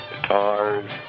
guitars